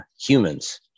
humans